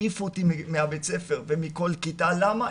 העיפו אותי מהבית ספר ומכל כיתה, למה?